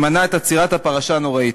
שמנע את עצירת הפרשה הנוראית.